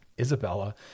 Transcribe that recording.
Isabella